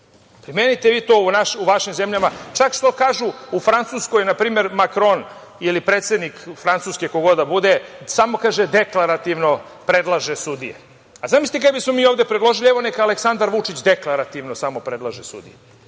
Primenite vi to u vašim zemljama, čak šta kažu – u Francuskoj npr. Makron ili predsednik Francuske, ko god da bude, samo kaže deklarativno predlaže sudije. Zamislite kada bismo mi ovde predložili – evo, neka Aleksandar Vučić deklarativno samo predlaže sudije.